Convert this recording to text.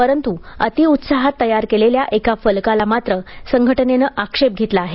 परंतु अति उत्साहात तयार केलेल्या एका फलकाला मात्र संघटनेने आक्षेप घेतला आहे